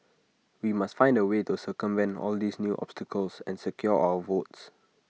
we must find A way to circumvent all these new obstacles and secure our votes